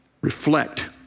reflect